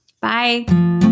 Bye